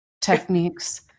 techniques